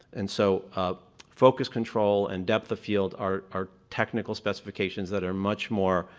and so focus control and depth of field are are technical specifications that are much more